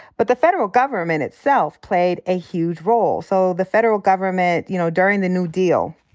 but the federal government itself played a huge role. so the federal government, you know, during the new deal,